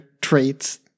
traits